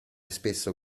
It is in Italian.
spesso